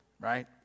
right